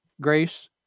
grace